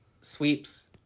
sweeps